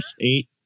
eight